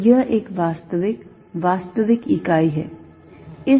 तो यह एक वास्तविक वास्तविक इकाई है